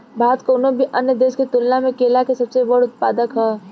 भारत कउनों भी अन्य देश के तुलना में केला के सबसे बड़ उत्पादक ह